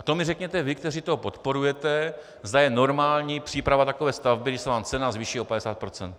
To mi řekněte vy, kteří to podporujete, zda je normální příprava takové stavby, když se vám cena zvýší o 50 procent.